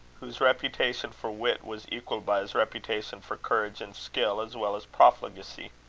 whose reputation for wit was equalled by his reputation for courage and skill, as well as profligacy.